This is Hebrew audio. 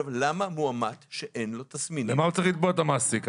למה מאומת שאין לו תסמינים --- למה הוא צריך לתבוע את המעסיק?